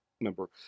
member